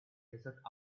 desert